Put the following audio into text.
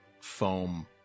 foam